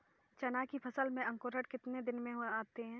चना की फसल में अंकुरण कितने दिन में आते हैं?